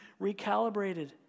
recalibrated